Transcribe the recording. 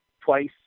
Twice